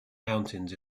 mountains